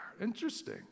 Interesting